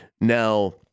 Now